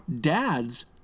Dads